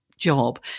job